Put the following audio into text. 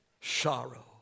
sorrow